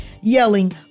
yelling